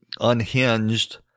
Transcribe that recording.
unhinged